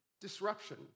disruption